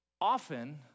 Often